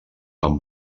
amb